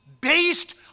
based